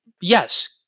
yes